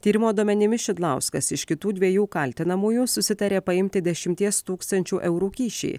tyrimo duomenimis šidlauskas iš kitų dviejų kaltinamųjų susitarė paimti dešimties tūkstančių eurų kyšį